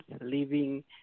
living